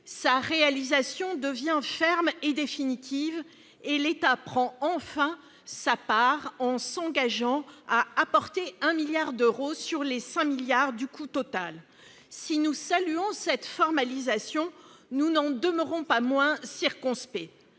ce projet devient ferme et définitive, et l'État prend enfin sa part en s'engageant à apporter 1,1 milliard d'euros sur les 5 milliards d'euros du coût total. Si nous saluons cette formalisation, nous n'en demeurons pas moins circonspects.